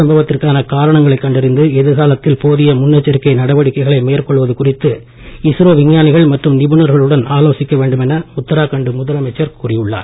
சம்பவத்திற்கான காரணங்களைக் கண்டறிந்து எதிர்காலத்தில் போதிய முன்னெச்சரிக்கை நடவடிக்கைகளை மேற்கொள்வது குறித்து இஸ்ரோ விஞ்ஞானிகள் மற்றும் நிபுணர்களுடன் ஆலோசிக்க வேண்டுமென உத்தராகண்ட் முதலமைச்சர் கூறியுள்ளார்